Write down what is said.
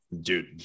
dude